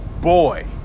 boy